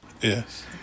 Yes